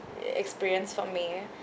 experience for me